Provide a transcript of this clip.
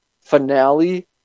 finale